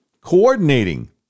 coordinating